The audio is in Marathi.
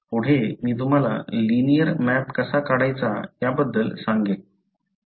पुढे मी तुम्हाला लिनिअर मॅप कसा काढायचा याबद्दल सांगेन